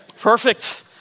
Perfect